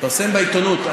התפרסם בעיתונות.